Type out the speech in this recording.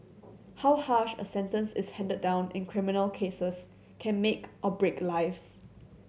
how harsh a sentence is handed down in criminal cases can make or break lives